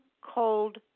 cold